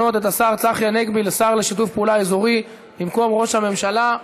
למנות את השר צחי הנגבי לשר לשיתוף פעולה אזורי במקום ראש הממשלה.